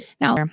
Now